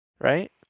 Right